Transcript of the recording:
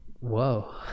whoa